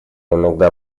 иногда